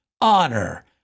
honor